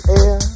air